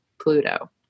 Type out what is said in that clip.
Pluto